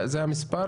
זה המספר?